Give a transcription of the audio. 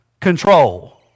Control